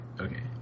Okay